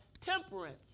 temperance